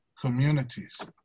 communities